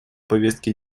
повестки